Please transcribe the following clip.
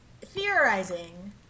theorizing